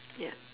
ya